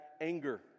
anger